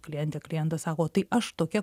klientė klientas sako o tai aš tokia